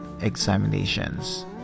examinations